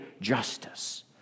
justice